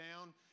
down